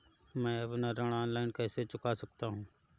मैं अपना ऋण ऑनलाइन कैसे चुका सकता हूँ?